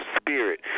spirit